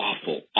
awful